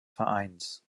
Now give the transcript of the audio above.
vereins